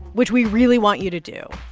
which we really want you to do,